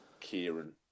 Kieran